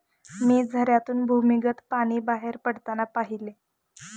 मी झऱ्यातून भूमिगत पाणी बाहेर पडताना पाहिले